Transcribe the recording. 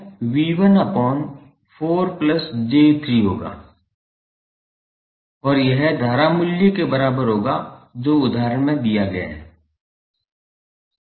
यह 𝑉1 upon 4 j3 होगा और यह धारा मूल्य के बराबर होगा जो उदाहरण में दिया गया है